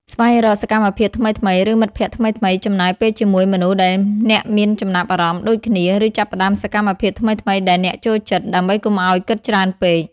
ស្វែងរកសកម្មភាពថ្មីៗ ឬមិត្តភក្តិថ្មី ចំណាយពេលជាមួយមនុស្សដែលអ្នកមានចំណាប់អារម្មណ៍ដូចគ្នា ឬចាប់ផ្តើមសកម្មភាពថ្មីៗដែលអ្នកចូលចិត្ត ដើម្បីកុំឲ្យគិតច្រើនពេក។